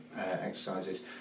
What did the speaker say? exercises